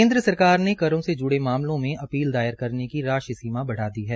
केन्द्र सरकार ने करों से जुड़े मामलों में अपील दायर करने की राशि सीमा बढ़ा दी है